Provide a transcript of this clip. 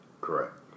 Correct